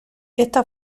esta